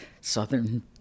Southern